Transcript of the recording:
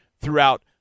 throughout